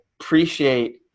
Appreciate